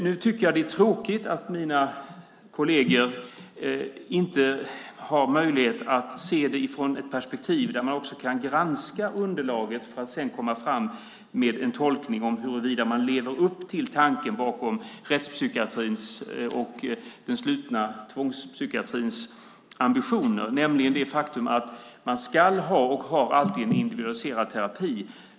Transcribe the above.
Nu tycker jag att det är tråkigt att mina kolleger inte har möjlighet att se det från ett sådant perspektiv där man också kan granska underlaget för att sedan komma fram med en tolkning om huruvida man lever upp till tanken bakom rättspsykiatrins och den slutna tvångspsykiatrins ambitioner, nämligen det faktum att man ska ha och alltid har en individualiserad terapi.